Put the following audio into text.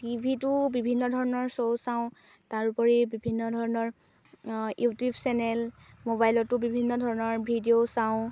টিভিতো বিভিন্ন ধৰণৰ শ্ব' চাওঁ তাৰ উপৰি বিভিন্ন ধৰণৰ ইউটিউব চেনেল ম'বাইলতো বিভিন্ন ধৰণৰ ভিডিঅ' চাওঁ